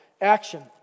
action